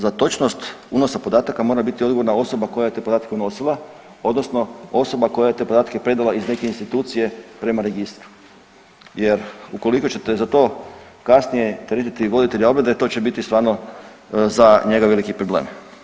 Za točnost unosa podataka mora biti odgovorna osoba koja je te podatke unosila odnosno osoba koja je te podatke predala iz neke institucije prema registru jer ukoliko ćete za to kasnije teretiti voditelja obrade to će biti stvarno za njega veliki problem.